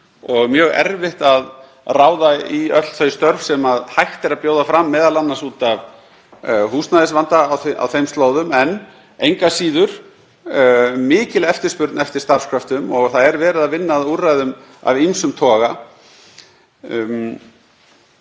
og mjög erfitt að ráða í öll þau störf sem hægt er að bjóða fram, m.a. út af húsnæðisvanda á þeim slóðum. Engu að síður er mikil eftirspurn eftir starfskröftum og það er verið að vinna að úrræðum af ýmsum toga.